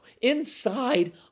Inside